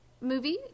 movie